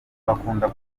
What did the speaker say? bakunda